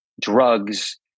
drugs